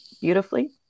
beautifully